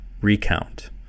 recount